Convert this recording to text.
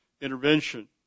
intervention